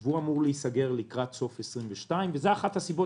הוא אמור להיסגר לקראת סוף 2022. זאת גם אחת הסיבות